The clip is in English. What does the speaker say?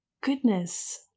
goodness